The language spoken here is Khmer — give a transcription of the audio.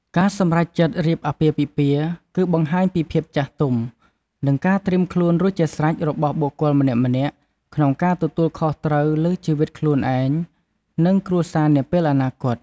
ការសម្រេចចិត្តរៀបអាពាហ៍ពិពាហ៍ គឺបង្ហាញពីភាពចាស់ទុំ និងការត្រៀមខ្លួនរួចជាស្រេចរបស់បុគ្គលម្នាក់ៗក្នុងការទទួលខុសត្រូវលើជីវិតខ្លួនឯង និងគ្រួសារនាពេលអនាគត។